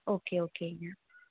okay ஓகேங்க